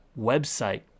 website